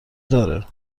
داره